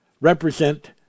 represent